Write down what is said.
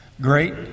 great